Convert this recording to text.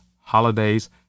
holidays